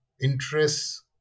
interests